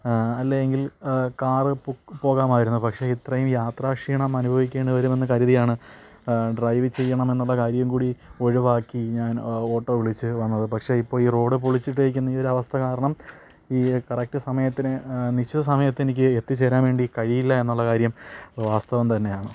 അല്ലയെങ്കിൽ car പോകാമായിരുന്നു പക്ഷേ ഇത്രയും യാത്ര ക്ഷീണം അനുഭവിക്കേണ്ടി വരുമെന്ന് കരുതിയാണ് ഡ്രൈവ് ചെയ്യണമെന്നുള്ള കാര്യം കൂടി ഒഴിവാക്കി ഞാൻ ഓട്ടോ വിളിച്ച് വന്നത് പക്ഷേ ഇപ്പം ഈ റോഡ് പൊളിച്ചിട്ടേക്കുന്ന ഈ ഒരവസ്ഥ കാരണം ഈ കറക്റ്റ് സമയത്തിന് നിശ്ചിത സമയത്തെനിക്ക് എത്തിച്ചേരാൻ വേണ്ടി കഴിയില്ല എന്നുള്ള കാര്യം വാസ്തവം തന്നെയാണ്